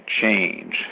change